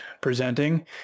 presenting